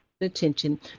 attention